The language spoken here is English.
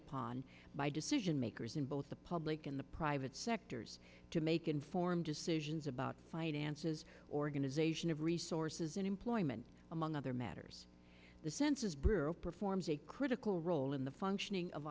upon by decision makers in both the public and the private sectors to make informed decisions about finances organization of resources and employment among other matters the census bureau performs a critical role in the functioning of